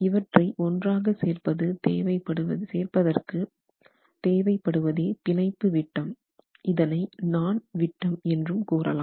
இவற்றை ஒன்றாக சேர்ப்பதற்கு தேவைப் படுவதே பிணைப்பு விட்டம் இதனை நாண்விட்டம் என்றும் கூறலாம்